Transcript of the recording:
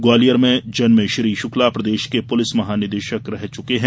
ग्वालियर में जन्में श्री शुक्ला प्रदेश के पुलिस महानिदेशक रह चुके हैं